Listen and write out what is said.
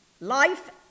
life